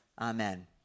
Amen